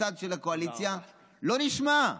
בצד של הקואליציה לא נשמע.